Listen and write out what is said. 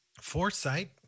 foresight